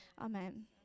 Amen